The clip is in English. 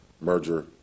merger